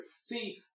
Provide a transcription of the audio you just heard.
see